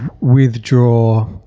withdraw